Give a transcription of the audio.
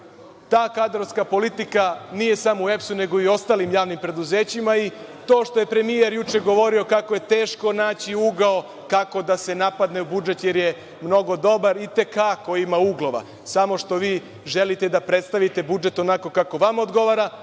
kadrovska politika nije samo u EPS nego i ostalim javnim preduzećima i to što je premijer juče govorio kako je teško naći ugao kako da se napadne budžet jer je mnogo dobar itekako ima uglova, samo što vi želite da predstavite budžet onako kako vama odgovara,